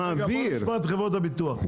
בואו נשמע את חברות הביטוח.